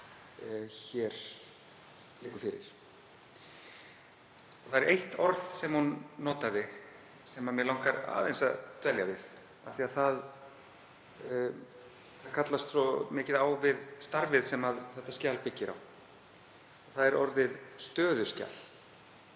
hér liggur fyrir. Það er eitt orð sem hún notaði sem mig langar aðeins að dvelja við af því að það kallast svo mikið á við starfið sem þetta skjal byggir á. Það er orðið stöðuskjal.